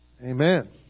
amen